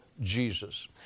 Jesus